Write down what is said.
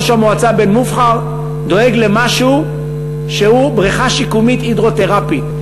ראש המועצה בן-מובחר דואג למשהו שהוא בריכה שיקומית הידרותרפית,